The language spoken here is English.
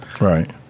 Right